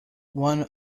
one